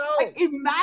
imagine